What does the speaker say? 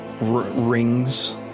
rings